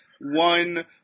one